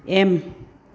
M